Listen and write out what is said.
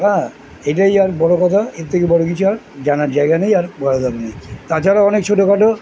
এটাই আর বড়ো কথা এর থেকে বড়ো কিছু আর জানার জায়গা নেই আর বলাধ নেই তাছাড়াও অনেক ছোটো খাটো